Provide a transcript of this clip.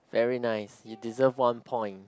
very nice you deserve one point